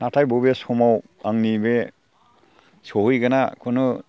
नाथाय बबे समाव आंनि बे सहैगोनआ खुनु